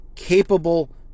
capable